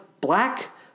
black